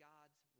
God's